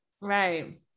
Right